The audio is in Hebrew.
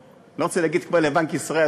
אני לא רוצה להגיד כמו בבנק ישראל,